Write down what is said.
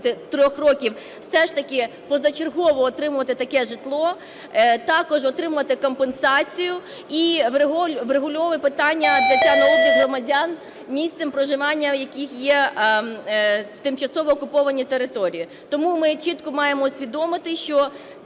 все ж таки позачергово отримувати таке житло, також отримувати компенсацію і врегулює питання взяття на облік громадян, місцем проживання яких є тимчасово окуповані території. Тому ми чітко маємо усвідомити, що